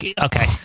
Okay